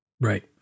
Right